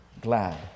glad